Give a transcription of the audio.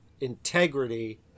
integrity